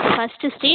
first street